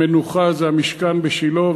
המנוחה זה המשכן בשילה,